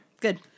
good